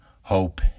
hope